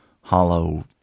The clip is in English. hollow